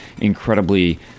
incredibly